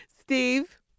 Steve